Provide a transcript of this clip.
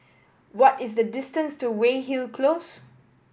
what is the distance to Weyhill Close